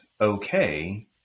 okay